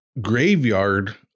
graveyard